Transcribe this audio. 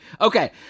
okay